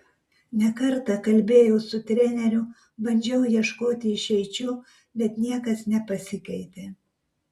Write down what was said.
ne kartą kalbėjau su treneriu bandžiau ieškoti išeičių bet niekas nepasikeitė